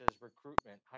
recruitment